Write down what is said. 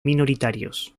minoritarios